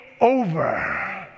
over